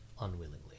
unwillingly